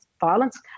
violence